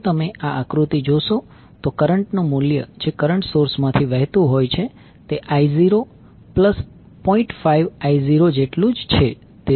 જો તમે આ આકૃતિ જોશો તો કરંટ નું મૂલ્ય જે કરંટ સોર્સમાંથી વહેતું હોય છે તે I0 વત્તા 0